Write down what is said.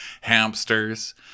hamsters